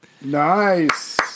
Nice